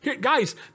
Guys